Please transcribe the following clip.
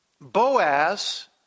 Boaz